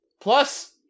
Plus